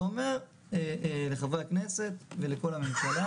ואומר לחברי הכנסת ולכל הממשלה: